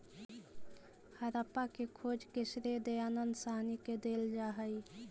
हड़प्पा के खोज के श्रेय दयानन्द साहनी के देल जा हई